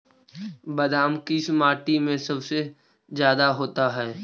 बादाम किस माटी में सबसे ज्यादा होता है?